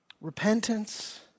repentance